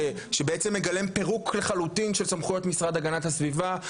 שבעצם מגלם פירוק לחלוטין של סמכויות משרד הגנת הסביבה,